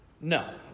No